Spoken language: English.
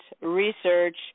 research